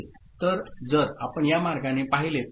तर जर आपण या मार्गाने पाहिले तर